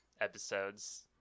episodes